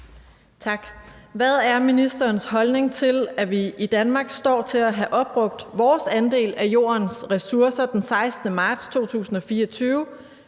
Hvad er ministerens holdning til, at vi i Danmark står til at have opbrugt vores andel af jordens ressourcer den 16. marts 2024,